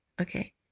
okay